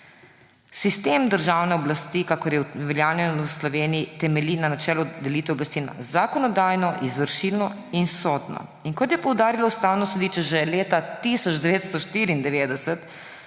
»Sistem državne oblasti, kakor je uveljavljen v Sloveniji, temelji na načelu delitve oblasti na zakonodajo, izvršilno in sodno.« »Kot je poudarilo Ustavno sodišče že leta 1994,